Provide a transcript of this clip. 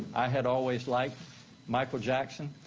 i had always liked michael jackson.